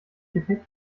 defekt